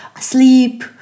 sleep